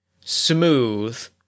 smooth